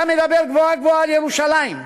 אתה מדבר גבוהה-גבוהה על ירושלים,